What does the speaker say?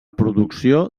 producció